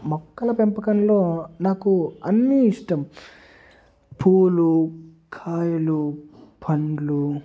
మొక్కల పెంపకంలో నాకు అన్ని ఇష్టం పూలు కాయలు పండ్లు